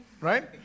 right